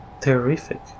Terrific